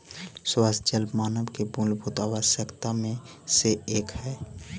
स्वच्छ जल मानव के मूलभूत आवश्यकता में से एक हई